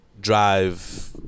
drive